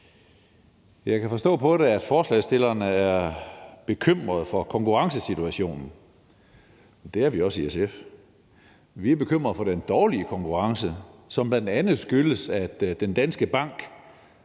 Jeg kan forstå på det, at forslagsstillerne er bekymret for konkurrencesituationen – det er vi også i SF. Vi er bekymret for den dårlige konkurrence, som bl.a. skyldes, at Danske Bank